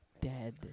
dead